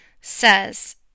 says